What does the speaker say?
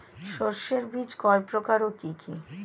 শস্যের বীজ কয় প্রকার ও কি কি?